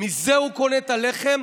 מזה הוא קונה את הלחם.